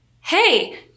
hey